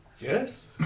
Yes